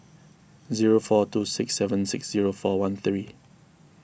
zero four two six seven six zero four one three